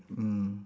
mm